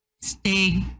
stay